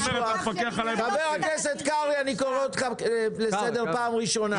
חבר הכנסת קארה, אני קורא אותך לסדר בפעם הראשונה.